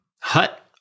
Hut